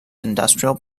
industrial